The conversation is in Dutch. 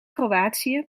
kroatië